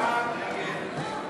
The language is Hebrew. המשרד להגנת הסביבה,